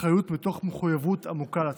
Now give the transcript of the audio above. אחריות מתוך מחויבות עמוקה לציבור.